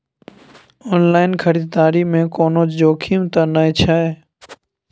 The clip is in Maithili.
ऑनलाइन खरीददारी में कोनो जोखिम त नय छै?